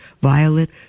violet